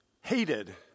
hated